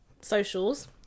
socials